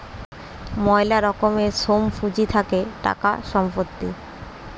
ময়লা রকমের সোম পুঁজি থাকে টাকা, সম্পত্তি